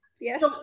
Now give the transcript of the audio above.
Yes